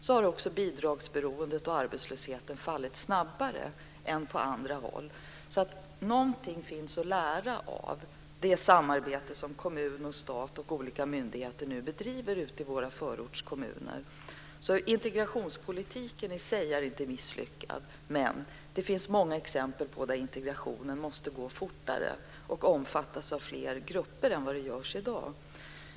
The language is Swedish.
Där har bidragsberoendet och arbetslösheten minskat snabbare än på andra håll. Det finns alltså någonting att lära av det samarbete som kommun, stat och olika myndigheter nu bedriver ute i förortskommunerna. Integrationspolitiken har inte i sig misslyckats, men det finns många exempel på att integrationen måste gå fortare och omfattas av fler grupper än vad som är fallet i dag.